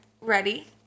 Ready